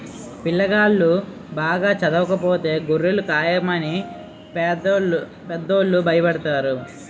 పిల్లాగాళ్ళు బాగా చదవకపోతే గొర్రెలు కాయమని పెద్దోళ్ళు భయపెడతారు